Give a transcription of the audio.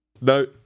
No